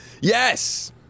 Yes